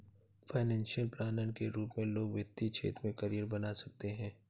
financial planner के रूप में लोग वित्तीय क्षेत्र में करियर बना सकते हैं